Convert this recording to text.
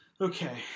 Okay